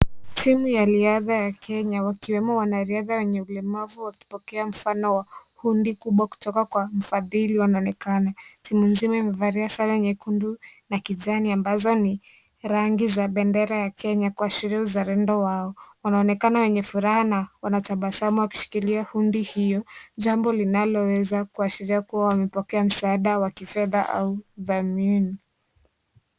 Timu ya riadha ya Kenya, wakiwemo wanariadha wenye ulemavu wakipokea mfano wa hundi kubwa kutoka kwa mfadhili wanaonekana. Timu nzima imevalia sare nyekundu na kijani ambazo ni rangi za bendera ya Kenya kuashiria uzalendo wao. Wanaonekana wenye furaha na wanatabasamu wakishikilia hundi hiyo, jambo linaloweza kuashiria kuwa wamepokea msaada wa kifedha au udhamini.